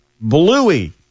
Bluey